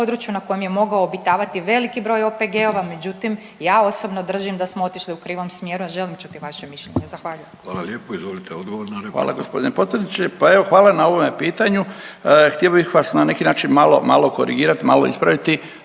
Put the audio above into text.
na kojem je mogao obitavati veliki broj OPG-ova. Međutim, ja osobno držim da smo otišli u krivom smjeru. Ja želim čuti vaše mišljenje. Zahvaljujem. **Vidović, Davorko (Nezavisni)** Hvala lijepo. Izvolite odgovor na repliku. **Šašlin, Stipan (HDZ)** Hvala gospodine potpredsjedniče. Pa evo hvala na ovome pitanju. Htio bih vas na neki način malo korigirati, malo ispraviti.